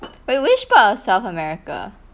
but which part of south america